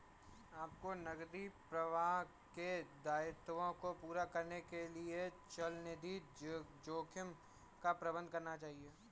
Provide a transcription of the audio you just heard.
आपको नकदी प्रवाह के दायित्वों को पूरा करने के लिए चलनिधि जोखिम का प्रबंधन करना चाहिए